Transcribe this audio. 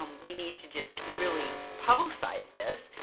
um we need to just really publicize this.